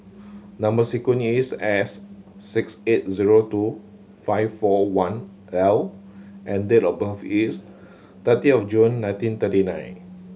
number sequence is S six eight zero two five four one L and date of birth is thirty of June nineteen thirty nine